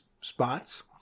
spots